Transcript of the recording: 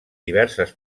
diverses